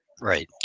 Right